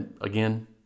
again